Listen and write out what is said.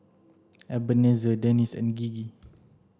Ebenezer Dennis and Gigi